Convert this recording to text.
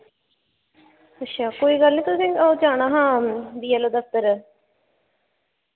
अच्छा कोई गल्ल निं तुसें ओह् जाना हा बी ऐल्ल दफ्तर